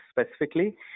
specifically